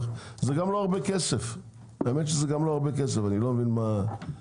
האמת שזה גם לא הרבה כסף, אז אני לא מבין מה הלחץ.